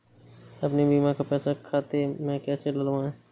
अपने बीमा का पैसा खाते में कैसे डलवाए?